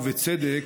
ובצדק,